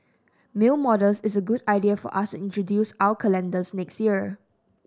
male models is a good idea for us introduce our calendars next year